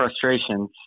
frustrations